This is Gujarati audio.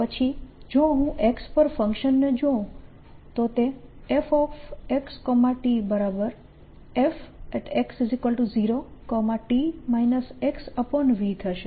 પછી જો હું X પર ફંક્શનને જોઉં તો તે fxtfx0t xv થશે